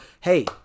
hey